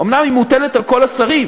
אומנם היא מוטלת על כל השרים,